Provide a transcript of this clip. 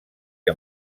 que